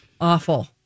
awful